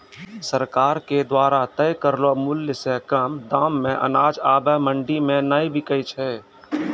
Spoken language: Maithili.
सरकार के द्वारा तय करलो मुल्य सॅ कम दाम मॅ अनाज आबॅ मंडी मॅ नाय बिकै छै